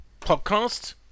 podcast